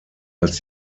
als